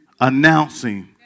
announcing